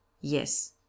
Yes